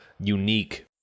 unique